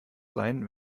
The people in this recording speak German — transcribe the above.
sein